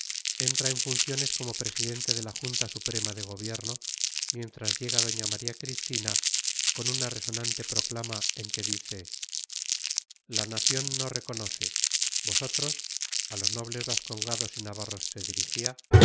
entra en funciones como presidente de la junta suprema de gobierno mientras llegaba doña maría cristina con una resonante proclama en que dice la nación no reconoce vosotros a los nobles vascongados y navarros se dirigía no podéis reconocer como válida y legítima la